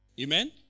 Amen